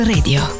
Radio